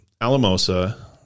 Alamosa